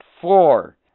Four